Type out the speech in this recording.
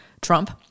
Trump